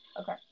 Okay